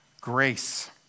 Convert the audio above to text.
grace